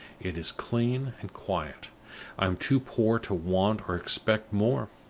it is clean and quiet i am too poor to want or expect more.